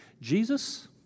Jesus